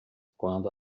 quando